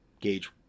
Gauge